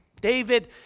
David